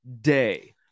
day